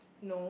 no